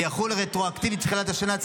ויחול רטרואקטיבית מתחילת השנה.